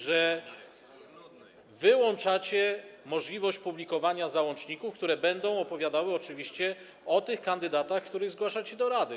że wyłączacie możliwość publikowania załączników, które będą dotyczyły oczywiście tych kandydatów, których zgłaszacie do rady?